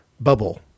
bubble